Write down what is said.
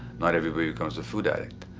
not everyone becomes a food addict.